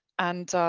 and